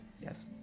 yes